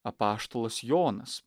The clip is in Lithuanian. apaštalas jonas